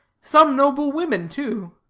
some noble women, too.